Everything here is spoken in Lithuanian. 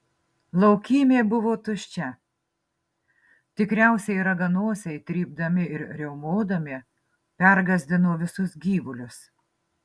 laukymė buvo tuščia tikriausiai raganosiai trypdami ir riaumodami pergąsdino visus gyvulius